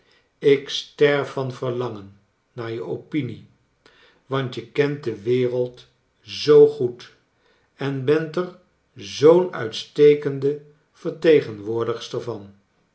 ik sterf van verlangen naar je opinie want je kent de wereld zoo goed en bent er zoom uitstekende vertegenwoordigster van